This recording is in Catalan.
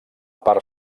part